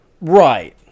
Right